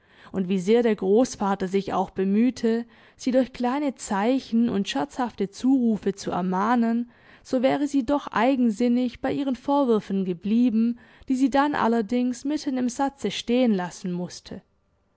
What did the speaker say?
und wie sehr der großvater sich auch bemühte sie durch kleine zeichen und scherzhafte zurufe zu ermahnen so wäre sie doch eigensinnig bei ihren vorwürfen geblieben die sie dann allerdings mitten im satze stehen lassen mußte